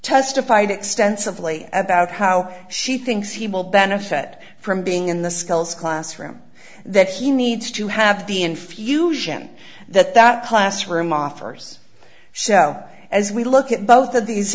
testified extensively about how she thinks he will benefit from being in the skills classroom that he needs to have the infusion that that classroom offers show as we look at both of these